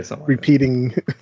repeating